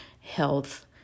health